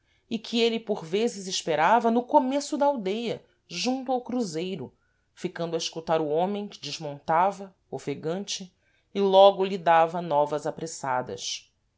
e que êle por vezes esperava no comêço da aldeia junto ao cruzeiro ficando a escutar o homem que desmontava ofegante e logo lhe dava novas apressadas